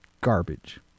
garbage